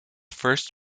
first